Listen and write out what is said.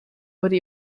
wurde